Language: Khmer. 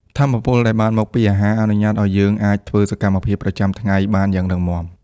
ថាមពលដែលបានមកពីអាហារអនុញ្ញាតឱ្យយើងអាចធ្វើសកម្មភាពប្រចាំថ្ងៃបានយ៉ាងរឹងមាំ។